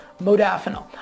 modafinil